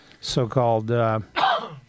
so-called